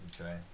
okay